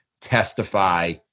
testify